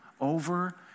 over